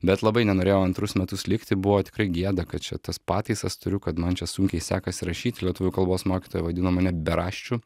bet labai nenorėjau antrus metus likti buvo tikrai gėda kad čia tas pataisas turiu kad man čia sunkiai sekasi rašyti lietuvių kalbos mokytoja vadino mane beraščiu